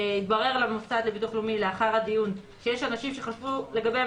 התברר למוסד לביטוח לאומי לאחר הדיון שיש אנשים שחשבו לגביהם